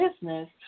business